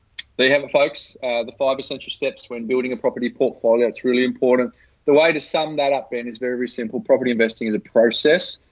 they have a folks the five essential steps when building a property portfolio. it's really important the way to sum that up and it's very, very simple. property investing is a process,